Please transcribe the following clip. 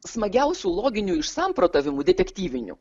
smagiausių loginių išsamprotavimų detektyvinių